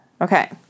Okay